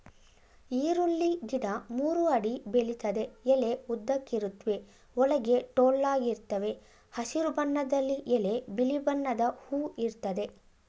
ಈರುಳ್ಳಿ ಗಿಡ ಮೂರು ಅಡಿ ಬೆಳಿತದೆ ಎಲೆ ಉದ್ದಕ್ಕಿರುತ್ವೆ ಒಳಗೆ ಟೊಳ್ಳಾಗಿರ್ತವೆ ಹಸಿರು ಬಣ್ಣದಲ್ಲಿ ಎಲೆ ಬಿಳಿ ಬಣ್ಣದ ಹೂ ಇರ್ತದೆ